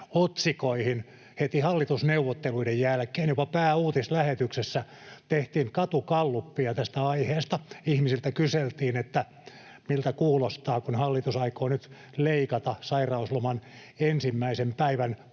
otsikoihin heti hallitusneuvotteluiden jälkeen, jopa pääuutislähetyksessä tehtiin katugallupia tästä aiheesta. Ihmisiltä kyseltiin, miltä kuulostaa, kun hallitus aikoo nyt leikata sairausloman ensimmäisen päivän palkan